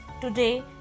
Today